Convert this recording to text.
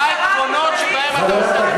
מה העקרונות שבהם אתה עושה,